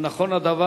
1. האם נכון הדבר?